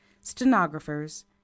stenographers